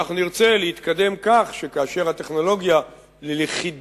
ואנחנו נרצה להתקדם כך, שכאשר הטכנולוגיה ללכידת